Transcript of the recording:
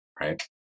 right